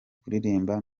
kuririmba